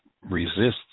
resists